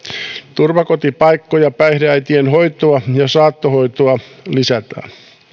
turvakotipaikkoja päihdeäitien hoitoa ja saattohoitoa lisätään